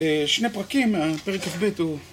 שני פרקים, הפרק כ"ב הוא...